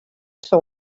saw